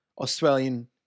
Australian